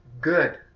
good